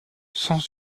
sans